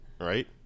Right